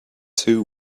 too